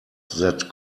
that